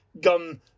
gun